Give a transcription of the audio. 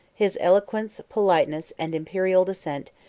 his eloquence, politeness, and imperial descent,